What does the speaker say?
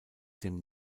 dem